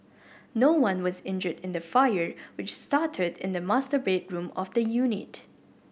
no one was injured in the fire which started in the master bedroom of the unit